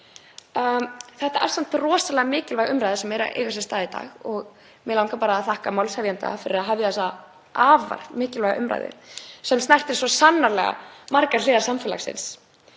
Þetta er samt rosalega mikilvæg umræða sem á sér stað hér í dag og mig langar bara að þakka málshefjanda fyrir að hefja þessa afar mikilvæga umræðu sem snertir svo sannarlega margar hliðar samfélagsins.